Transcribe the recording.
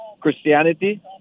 Christianity